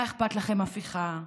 מה אכפת לכם הפיכה?